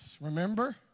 Remember